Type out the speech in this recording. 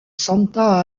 santa